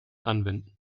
anwenden